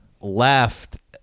left